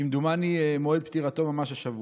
כמדומני, מועד פטירתו ממש השבוע,